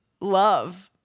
love